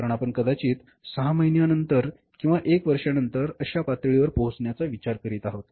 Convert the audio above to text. कारण आपण कदाचित 6 महिन्यांनंतर किंवा 1 वर्षा नंतर अशा पातळीवर पोहोचण्याचा विचार करीत आहोत